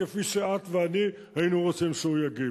כפי שאת ואני היינו רוצים שהוא יגיב.